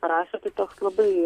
parašė tai toks labai